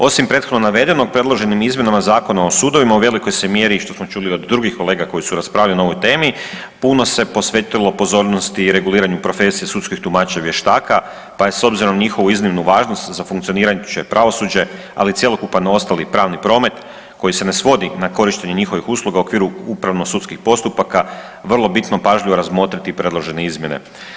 Osim prethodno navedenog predloženim izmjenama Zakona o sudovima u velikoj se mjeri što smo čuli od drugih kolega koji su raspravljali o ovoj temi, puno se posvetilo pozornosti i reguliranju profesije sudskih tumača vještaka pa je s obzirom na njihovu iznimnu važnost za funkcionirajuće pravosuđe, ali i cjelokupan ostali pravni promet koji se ne svodi na korištenje njihovih usluga u okviru upravno sudskih postupaka vrlo bitno pažljivo razmotriti predložene izmjene.